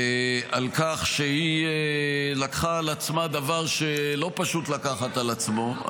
על כך שהיא לקחה על עצמה דבר שלא פשוט לחבר כנסת לקחת על עצמו.